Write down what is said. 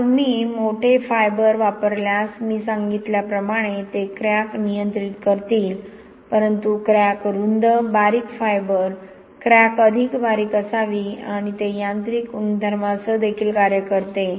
आता तुम्ही मोठे फायबर वापरल्यास मी सांगितल्याप्रमाणे ते क्रॅक नियंत्रित करतील परंतु क्रॅक रुंद बारीक तंतू क्रॅक अधिक बारीक असावी आणि ते यांत्रिक गुणधर्मासह देखील कार्य करते